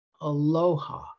Aloha